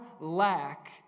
lack